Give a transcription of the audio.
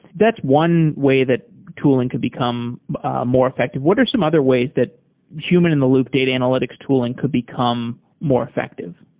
that's one way that tooling could become more effective. what are some other ways that human in the loop data analytics tooling could become more effective?